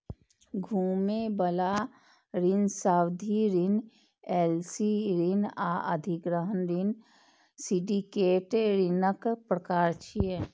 घुमै बला ऋण, सावधि ऋण, एल.सी ऋण आ अधिग्रहण ऋण सिंडिकेट ऋणक प्रकार छियै